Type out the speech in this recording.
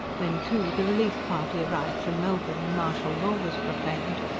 when, too, the relief-party arrived from melbourne and martial law was proclaimed,